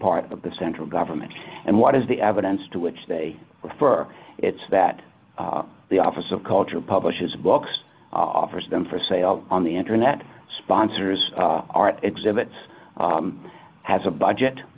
part of the central government and what is the evidence to which they refer it's that the office of culture publishes books offers them for sale on the internet sponsors art exhibits has a budget